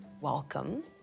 welcome